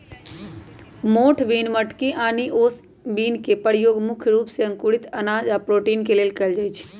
मोठ बिन मटकी आनि ओस बिन के परयोग मुख्य रूप से अंकुरित अनाज आ प्रोटीन के लेल कएल जाई छई